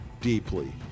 deeply